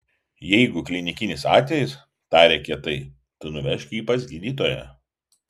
jeigu klinikinis atvejis tarė kietai tai nuvežk jį pas gydytoją